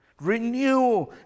Renew